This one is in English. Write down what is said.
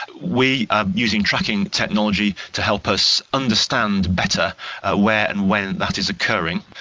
we are using tracking technology to help us understand better ah where and when that is occurring,